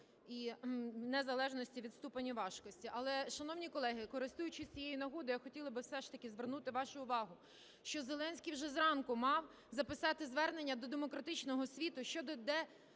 в незалежності від ступеня важкості. Але, шановні колеги, користуючись цією нагодою, я хотіла би все ж таки звернути вашу увагу, що Зеленський вже зранку мав записати звернення до демократичного світу щодо